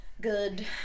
good